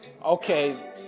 okay